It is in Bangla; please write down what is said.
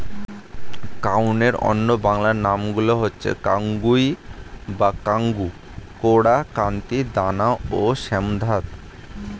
কাউনের অন্য বাংলা নামগুলো হচ্ছে কাঙ্গুই বা কাঙ্গু, কোরা, কান্তি, দানা ও শ্যামধাত